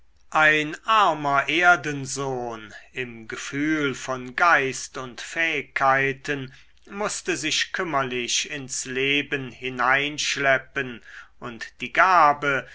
ein armer erdensohn im gefühl von geist und fähigkeiten mußte sich kümmerlich ins leben hineinschleppen und die gabe